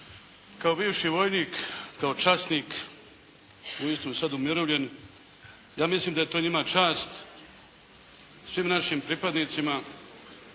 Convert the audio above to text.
Kao bivši vojnik, kao časnik … /Ne razumije se./ … sad umirovljen, ja mislim da je to njima čast svim našim pripadnicima